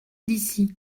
d’ici